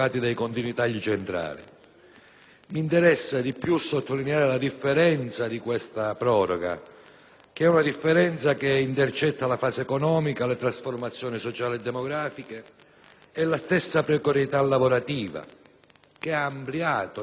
mi interessa di più sottolineare la differenza di questa proroga, una differenza che intercetta la fase economica, le trasformazioni sociali e demografiche e la stessa precarietà lavorativa, che ha ampliato enormemente